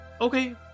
Okay